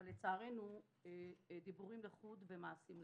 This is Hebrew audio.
אבל לצערנו דיבורים לחוד ומעשים לחוד.